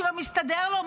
כי לא מסתדר לו.